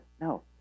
no